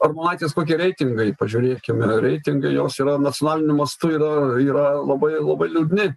armonaitės kokie reitingai pažiūrėkime reitingai jos yra nacionaliniu mastu yra yra labai labai liūdni